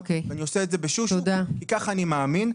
אני עושה את זה בשקט כי כך אני מאמין.